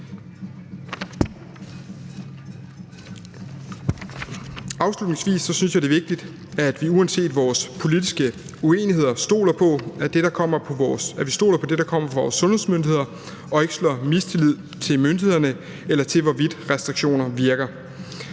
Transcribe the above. Afslutningsvis synes jeg, det er vigtigt, at vi uanset vores politiske uenigheder stoler på det, der kommer fra vores sundhedsmyndigheder, og ikke sår mistillid til myndighederne eller til, hvorvidt restriktioner virker.